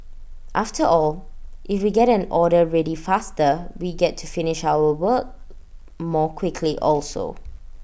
after all if we get an order ready faster we get to finish our work more quickly also